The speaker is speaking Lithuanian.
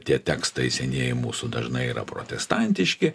tie tekstai senieji mūsų dažnai yra protestantiški